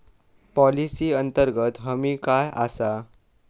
Policy अंतर्गत हमी काय आसा?